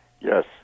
Yes